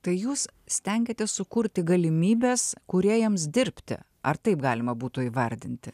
tai jūs stengiatės sukurti galimybes kūrėjams dirbti ar taip galima būtų įvardinti